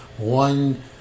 one